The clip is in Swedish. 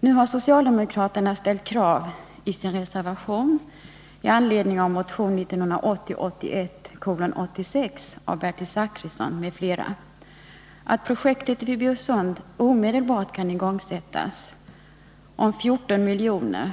Nu har socialdemokraterna i sin reservation 2 i anledning av motion 1980/81:86 av Bertil Zachrisson m.fl. krävt att 14 milj.kr. anvisas för igångsättande av projektet vid Bjursund.